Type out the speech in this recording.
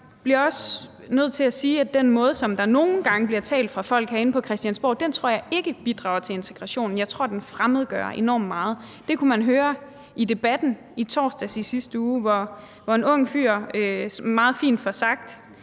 Jeg bliver også nødt til at sige, at den måde, som der nogle gange bliver talt på af folk herinde på Christiansborg, tror jeg ikke bidrager til integrationen. Jeg tror, den fremmedgør enormt meget. Det kunne man høre i Debatten i torsdags i sidste uge, hvor en ung fyr på spørgsmålet